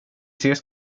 ses